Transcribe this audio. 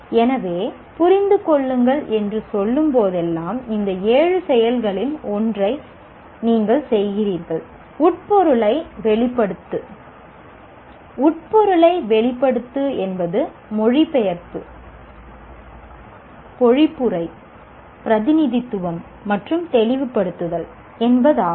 எனவே புரிந்து கொள்ளுங்கள் என்று சொல்லும் போதெல்லாம் இந்த ஏழு செயல்களில் ஒன்றை நீங்கள் செய்கிறீர்கள் உட்பொருளை வெளிப்படுத்து உட்பொருளை வெளிப்படுத்து என்பது மொழிபெயர்ப்பு பொழிப்புரை பிரதிநிதித்துவம் மற்றும் தெளிவுபடுத்துதல் என்பதாகும்